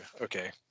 Okay